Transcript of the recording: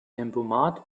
tempomat